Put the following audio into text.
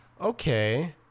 Okay